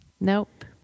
nope